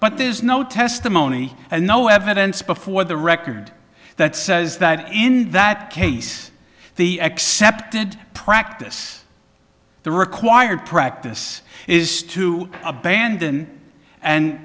but there's no testimony and no evidence before the record that says that in that case the accepted practice the required practice is to abandon and